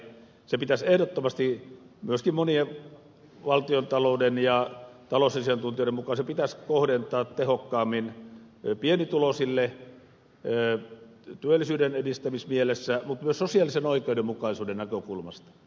se pitäisi ehdottomasti myöskin monien valtiontalouden ja talousasiantuntijoiden mukaan kohdentaa tehokkaammin pienituloisille työllisyyden edistämismielessä mutta myös sosiaalisen oikeudenmukaisuuden näkökulmasta